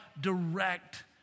direct